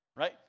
Right